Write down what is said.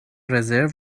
رزرو